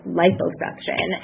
liposuction